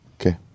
Okay